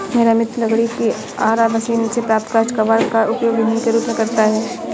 मेरा मित्र लकड़ी की आरा मशीन से प्राप्त काष्ठ कबाड़ का उपयोग ईंधन के रूप में करता है